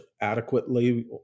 adequately